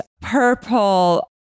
purple